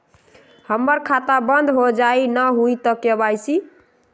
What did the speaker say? हमर खाता बंद होजाई न हुई त के.वाई.सी?